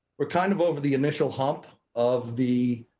we're kind of over the initial hump of the